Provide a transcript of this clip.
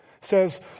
says